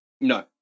No